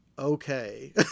okay